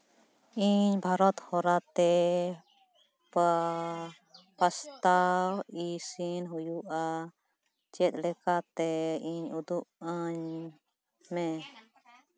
ᱤᱧ ᱵᱷᱟᱨᱚᱛ ᱦᱚᱨᱟ ᱛᱮ ᱯᱟᱥᱛᱟ ᱤᱥᱤᱱ ᱦᱩᱭᱩᱜᱼᱟ ᱪᱮᱫ ᱞᱮᱠᱟᱛᱮ ᱤᱧ ᱩᱫᱩᱧ ᱟᱹᱧ ᱢᱮ